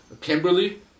Kimberly